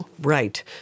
Right